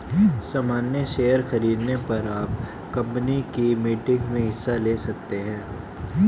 सामन्य शेयर खरीदने पर आप कम्पनी की मीटिंग्स में हिस्सा ले सकते हैं